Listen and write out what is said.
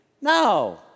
No